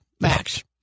max